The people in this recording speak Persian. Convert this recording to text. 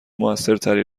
موثرتری